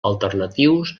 alternatius